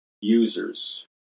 users